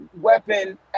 weapon